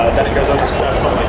then it goes over steps